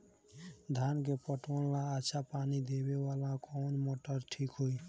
धान के पटवन ला अच्छा पानी देवे वाला कवन मोटर ठीक होई?